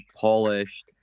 polished